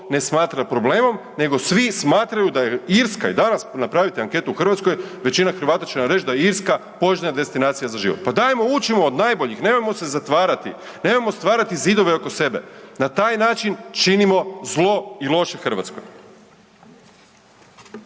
ne smatra problemom nego svi smatraju da je Irska i danas napravite anketu u Hrvatskoj, većina Hrvata će vam reći da je Irska poželjna destinacija za život. Pa dajmo, učimo od najboljih, nemojmo se zatvarati, nemojmo stvarati zidove oko sebe. Na taj način činimo zlo i loše Hrvatskoj.